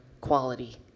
quality